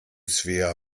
svea